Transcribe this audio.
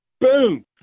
boom